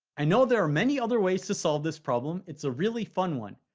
i know there are many other ways to solve this problem it's a really fun one.